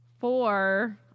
Four